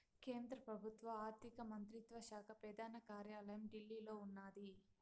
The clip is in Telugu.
కేంద్ర పెబుత్వ ఆర్థిక మంత్రిత్వ శాక పెదాన కార్యాలయం ఢిల్లీలో ఉన్నాది